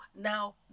now